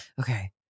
Okay